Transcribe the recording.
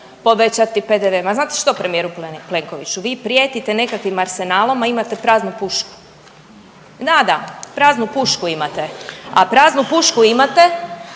povećati PDV. Ma znate što premijeru Plenkoviću vi prijetite nekakvim arsenalom, a imate praznu pušku. Da, da, praznu pušku imate, a praznu pušku imate